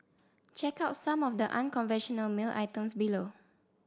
check out some of the unconventional mail items below